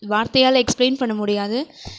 வார்த்தையால் எக்ஸ்பிளைன் பண்ண முடியாது